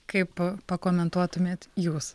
kaip pakomentuotumėt jūs